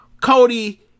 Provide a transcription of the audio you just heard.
Cody